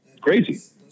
Crazy